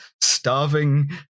starving